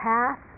Path